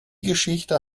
geschichte